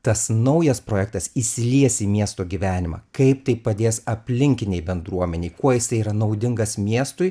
tas naujas projektas įsilies į miesto gyvenimą kaip tai padės aplinkinei bendruomenei kuo jisai yra naudingas miestui